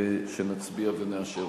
שנייה וקריאה